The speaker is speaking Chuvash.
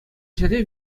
ҫӗре